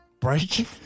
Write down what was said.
break